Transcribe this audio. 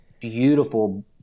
beautiful